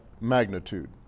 magnitude